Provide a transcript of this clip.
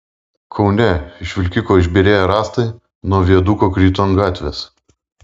kaune iš vilkiko išbyrėję rąstai nuo viaduko krito ant gatvės